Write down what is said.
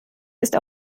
ist